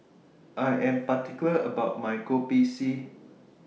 I Am particular about My Kopi C